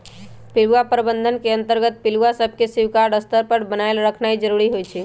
पिलुआ प्रबंधन के अंतर्गत पिलुआ सभके स्वीकार्य स्तर पर बनाएल रखनाइ जरूरी होइ छइ